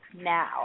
now